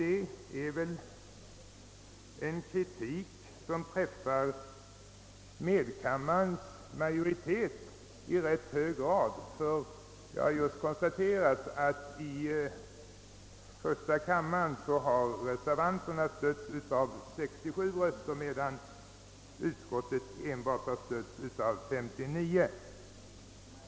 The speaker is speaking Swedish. Det är väl en kritik som träffar medkammarens majoritet i rätt hög grad. Jag har just konstaterat att i första kammaren har reservanterna stötts av 67 röster, medan utskottet biträtts av 59.